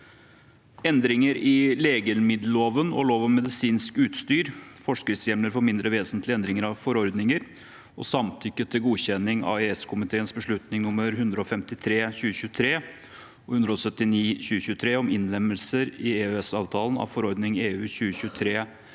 endringer i legemiddelloven og lov om medisinsk utstyr (forskriftshjemler for mindre vesentlige endringer av forordninger) og samtykke til godkjenning av EØS-komiteens beslutninger nr. 153/2023 og 179/2023 om innlemmelse i EØS-avtalen av forordningene (EU) 2023/502,